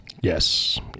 Yes